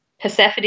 Persephone